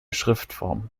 schriftform